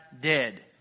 dead